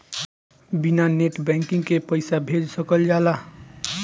बिना net banking के पईसा भेज सकल जाला?